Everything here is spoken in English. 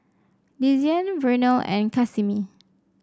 Desean Vernal and Casimir